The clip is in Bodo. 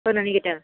होनो नागिरदों